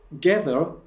gather